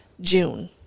june